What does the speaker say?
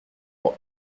moi